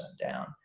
down